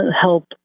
help